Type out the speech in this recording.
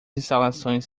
instalações